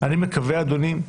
אני מקווה, אדוני,